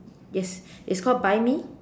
yes it's called buy me